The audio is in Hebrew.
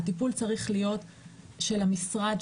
הטיפול צריך להיות של המשרד,